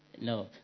No